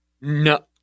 No